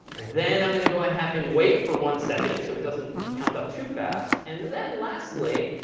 then i'm going to go and have him wait for one second, so it doesn't count up too fast. and then lastly,